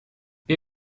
wir